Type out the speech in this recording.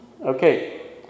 Okay